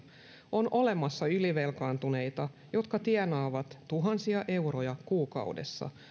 on olemassa ylivelkaantuneita jotka tienaavat tuhansia euroja kuukaudessa